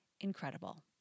incredible